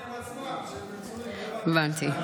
שהם, הבנתי.